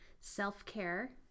self-care